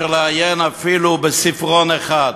מאשר לעיין אפילו בספרון אחד,